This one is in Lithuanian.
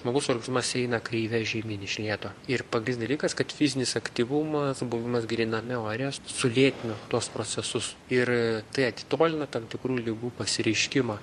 žmogaus organizmas eina kreive žemyn iš lėto ir pagrindinis dalykas kad fizinis aktyvumas buvimas gryname ore sulėtina tuos procesus ir a tai atitolina tam tikrų ligų pasireiškimą